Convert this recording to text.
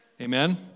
Amen